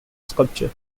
sculpture